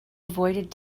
avoided